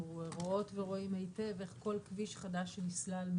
רואות ורואים היטב איך כל כביש חדש שנסלל,